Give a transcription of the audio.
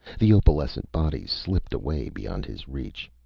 the opalescent bodies slipped away beyond his reach.